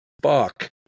fuck